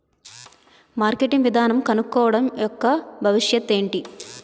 Marketing విధానం కనుక్కోవడం యెక్క భవిష్యత్ ఏంటి?